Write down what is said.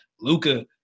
Luca